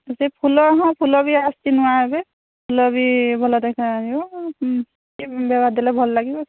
ସେ ଫୁଲ ହଁ ଫୁଲ ବି ଆସୁଛି ନୂଆ ଏବେ ଫୁଲ ବି ଭଲ ଦେଖାଯିବ ହୁଁ ଟିକେ ଦେଲେ ଭଲ ଲାଗିବ